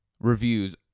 reviews